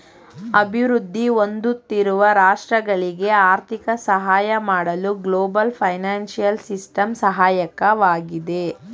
ಅಭಿವೃದ್ಧಿ ಹೊಂದುತ್ತಿರುವ ರಾಷ್ಟ್ರಗಳಿಗೆ ಆರ್ಥಿಕ ಸಹಾಯ ಮಾಡಲು ಗ್ಲೋಬಲ್ ಫೈನಾನ್ಸಿಯಲ್ ಸಿಸ್ಟಮ್ ಸಹಾಯಕವಾಗಿದೆ